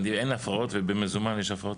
למה בהרשאות אין הפרעות ובמזומן יש הפרעות?